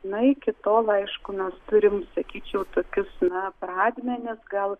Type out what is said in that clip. na iki tol aišku mes turim sakyčiau tokius na pradmenis gal